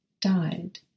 died